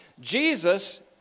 Jesus